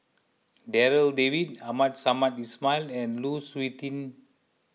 Darryl David Abdul Samad Ismail and Lu Suitin